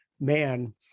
man